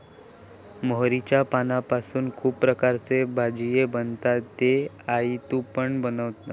मोहरीच्या पानांपासना खुप प्रकारचे भाजीये बनतत गे आई तु पण बनवना